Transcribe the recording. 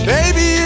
Baby